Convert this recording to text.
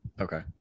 Okay